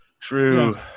True